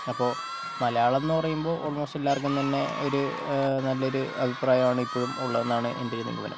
അപ്പോൾ മലയാളമെന്നു പറയുമ്പോൾ ഓൾമോസ്റ്റ് എല്ലാവർക്കും തന്നെ ഒരു നല്ലൊരു അഭിപ്രായം ആണ് ഇപ്പോഴും ഉള്ളതെന്നാണ് എൻ്റെ ഒരു നിഗമനം